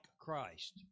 Christ